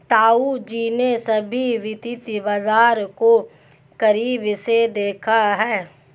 ताऊजी ने सभी वित्तीय बाजार को करीब से देखा है